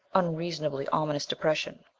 unreasonably, ominous depression!